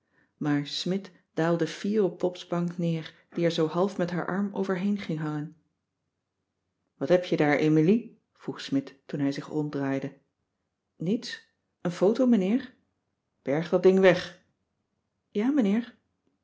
maar smidt daalde fier op pops bank neer die er zoo half met haar arm overheen ging hangen wat heb je daar emilie vroeg smidt toen hij zich ronddraaide niets een foto meneer berg dat ding weg ja meneer